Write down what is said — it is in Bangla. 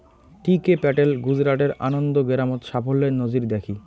টি কে প্যাটেল গুজরাটের আনন্দ গেরামত সাফল্যের নজির দ্যাখি